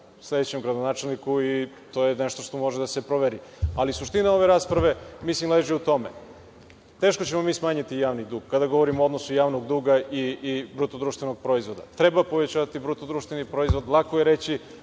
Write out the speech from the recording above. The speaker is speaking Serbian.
sledećem gradonačelniku i to je nešto što može da se proveri. Suština ove rasprave, mislim, leži u tome, teško ćemo mi smanjiti javni dug, kada govorimo o odnosu javnog duga i bruto društvenog proizvoda. Treba povećati bruto društveni proizvod, lako je reći,